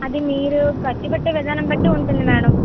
అది మీరు ఖర్చుపెట్టే విధానంబట్టి ఉంటుంది మేడం